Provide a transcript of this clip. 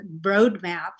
roadmap